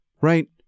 right